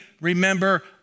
remember